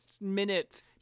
minute